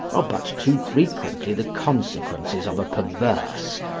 are but too frequently the consequences of a perverse,